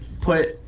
put